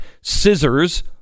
scissors